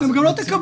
אתם גם לא תקבלו.